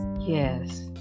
Yes